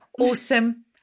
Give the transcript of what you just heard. Awesome